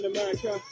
America